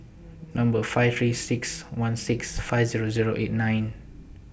Number five three six one six five Zero Zero eight nine